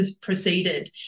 proceeded